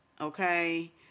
okay